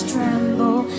Tremble